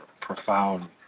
profound